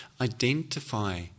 identify